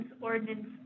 ordinance